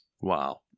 Wow